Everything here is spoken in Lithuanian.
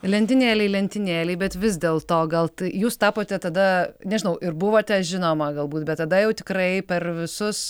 lentynėlėj lentynėlėj bet vis dėlto gal jūs tapote tada nežinau ir buvote žinoma galbūt bet tada jau tikrai per visus